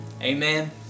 amen